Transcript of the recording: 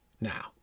now